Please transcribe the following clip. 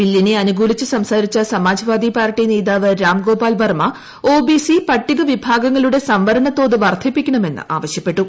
ബില്ലിനെ അനുകൂലിച്ച് സം സാരിച്ച സമാജ് വാദി പാർട്ടി നേതാവ് രാം ഗോപാൽ വർമ ഒബിസി പട്ടികവിഭാഗങ്ങളുടെ സംവരണത്തോത് വർധിപ്പിക്കണമെന്ന് ആവശ്യപ്പെട്ടു